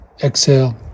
Exhale